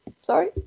Sorry